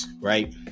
Right